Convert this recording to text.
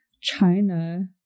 china